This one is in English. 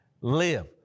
live